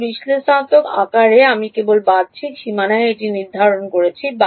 কারণ বিশ্লেষণাত্মক আকারে আমি কেবলমাত্র বাহ্যিক সীমানায় এটি নির্ধারণ করছি